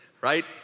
right